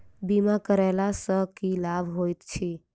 बीमा करैला सअ की लाभ होइत छी?